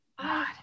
God